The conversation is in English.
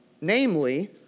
Namely